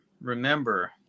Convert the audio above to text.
remember